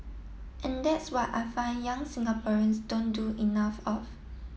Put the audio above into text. and that's what I find young Singaporeans don't do enough of